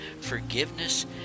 Forgiveness